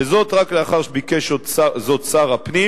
ורק לאחר שביקש זאת שר הפנים.